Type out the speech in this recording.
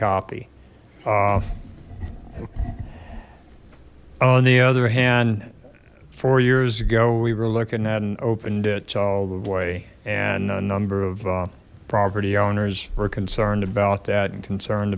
copy on the other hand four years ago we were looking at an open ditch all the way and a number of property owners were concerned about that and concerned